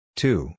two